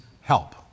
help